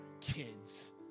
kids